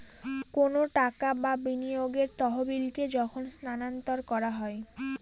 কোনো টাকা বা বিনিয়োগের তহবিলকে যখন স্থানান্তর করা হয়